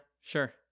sure